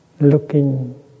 looking